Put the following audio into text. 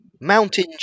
Mountain